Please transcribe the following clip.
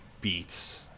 beats